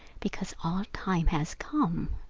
because our time has come,